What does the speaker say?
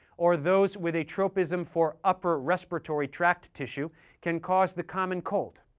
or those with a tropism for upper respiratory tract tissue can cause the common cold.